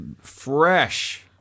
fresh